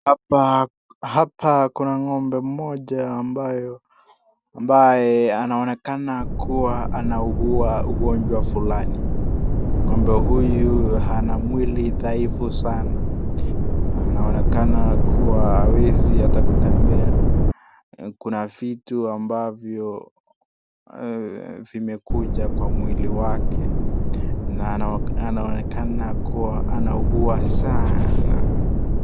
Hapa hapa kuna ng'ombe mmoja ambayo ambaye anaonekana kuwa anaugua ugonjwa fulani. Ng'ombe huyu hana mwili dhaifu sana. Anaonekana kuwa hawezi hata kutembea. Kuna vitu ambavyo vimekuja kwa mwili wake na anaonekana kuwa anaugua sana.